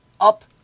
Up